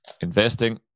investing